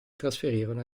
trasferirono